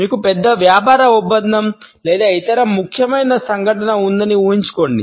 మీకు పెద్ద వ్యాపార ఒప్పందం లేదా ఇతర ముఖ్యమైన సంఘటన ఉందని ఊహించుకోండి